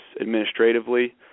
administratively